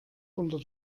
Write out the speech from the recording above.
unter